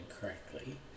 correctly